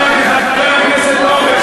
חבר הכנסת הורוביץ,